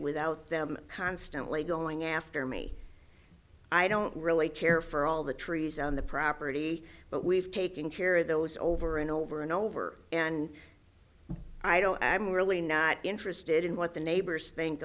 without them constantly going after me i don't really care for all the trees on the property but we've taken care of those over and over and over and i don't i'm really not interested in what the neighbors think